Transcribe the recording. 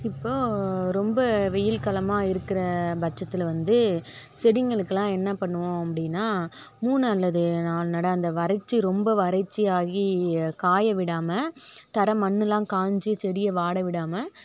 இப்போ ரொம்ப வெயில் காலமாக இருக்கிறபட்சத்துல வந்து செடிங்களுக்குலான் என்ன பண்ணுவோம் அப்படின்னா மூணு அல்லது நாலு நடை அந்த வறட்சி ரொம்ப வறச்சி ஆகி காய விடாமல் தர மண்ணுலான் காஞ்சி செடியை வாட விடாமல்